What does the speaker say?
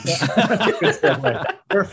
Perfect